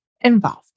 involved